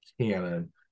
canon